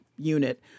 unit